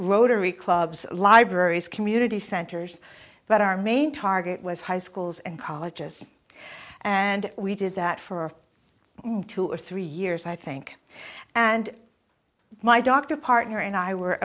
rotary clubs libraries community centers but our main target was high schools and colleges and we did that for when two or three years i think and my doctor partner and i were